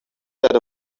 set